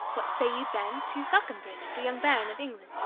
what say you, then, to falconbridge, the young baron of england?